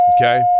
Okay